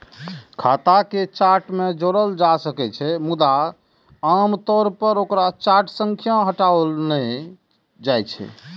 खाता कें चार्ट मे जोड़ल जा सकै छै, मुदा आम तौर पर ओकरा चार्ट सं हटाओल नहि जाइ छै